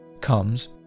comes